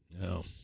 No